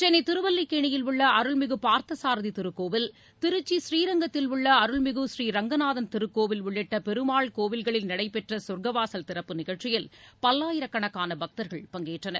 சென்னை திருவல்லிக்கேணியில் உள்ள அருள்மிகு பார்த்தசாரதி திருக்கோவில் திருச்சி புநீரங்கத்தில் உள்ள அருள்மிகு புநீரெங் கநாதன் திருக்கோவில் உள்ளிட்ட பெருமாள் கோவில்களில் நடைபெற்ற சொர்க்கவாசல் திறப்பு நிகழ்ச்சியில் பல்லாயிரக்களக்கான பக்தர்கள் பங்கேற்றனர்